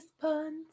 puns